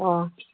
ꯑꯣ